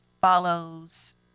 follows